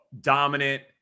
dominant